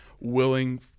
willing